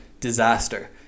disaster